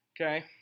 okay